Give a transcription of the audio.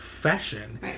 fashion